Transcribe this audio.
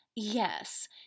Yes